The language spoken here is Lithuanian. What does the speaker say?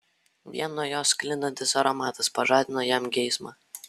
vien nuo jos sklindantis aromatas pažadino jam geismą